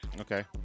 Okay